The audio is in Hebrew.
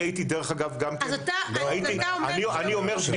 אני אומר,